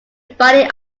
body